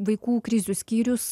vaikų krizių skyrius